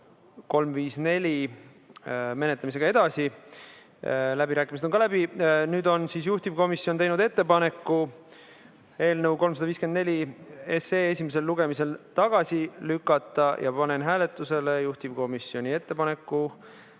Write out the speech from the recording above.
354 menetlemisega edasi. Läbirääkimised on läbi. Juhtivkomisjon on teinud ettepaneku eelnõu 354 esimesel lugemisel tagasi lükata ja panen hääletusele juhtivkomisjoni ettepaneku